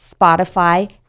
Spotify